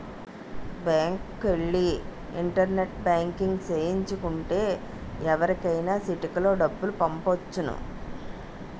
బ్యాంకుకెల్లి internet banking సేయించు కుంటే ఎవరికైనా సిటికలో డబ్బులు పంపొచ్చును